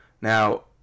Now